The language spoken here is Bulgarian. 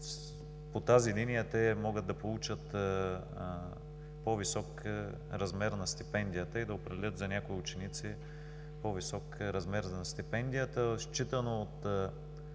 по тази линия те помагат да получат по-висок размер на стипендията и да определят за някои ученици по-висок размер на стипендията.